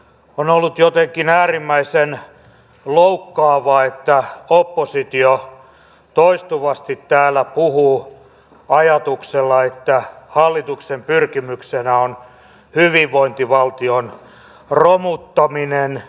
on ollut jotenkin äärimmäisen loukkaavaa että oppositio toistuvasti täällä puhuu ajatuksella että hallituksen pyrkimyksenä on hyvinvointivaltion romuttaminen